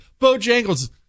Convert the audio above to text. Bojangles